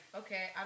okay